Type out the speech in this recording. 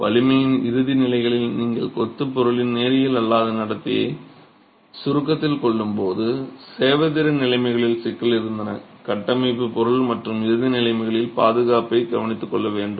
வலிமையின் இறுதி நிலைகளில் நீங்கள் பொருளின் நேரியல் அல்லாத நடத்தையை கருத்தில் கொள்ளும்போது சேவைத்திறன் நிலைமைகளில் சிக்கல்கள் இருந்தன கட்டமைப்பு பொருள் மற்றும் இறுதி நிலைமைகளில் பாதுகாப்பை கவனித்துக்கொள்ள வேண்டும்